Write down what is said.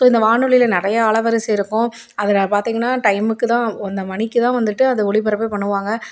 so இந்த வானொலியில நிறையா அளவரிசை இருக்கும் அதில் பார்த்திங்கன்னா டைமுக்கு தான் அந்த மணிக்கு தான் வந்துவிட்டு அது ஒளிபரப்பே பண்ணுவாங்க